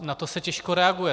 Na to se těžko reaguje.